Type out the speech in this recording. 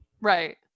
Right